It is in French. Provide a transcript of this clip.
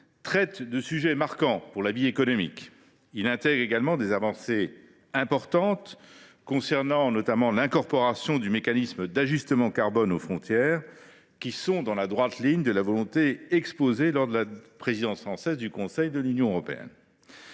traite de sujets marquants pour la vie économique. Il intègre également des avancées importantes, notamment l’incorporation dans notre droit du mécanisme d’ajustement carbone aux frontières, qui sont dans la droite ligne de la volonté exposée lors de la présidence française du Conseil de l’Union européenne.